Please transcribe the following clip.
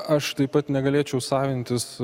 aš taip pat negalėčiau savintis